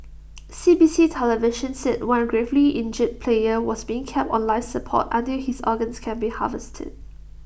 C B C television said one gravely injured player was being kept on life support until his organs can be harvested